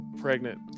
pregnant